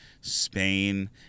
Spain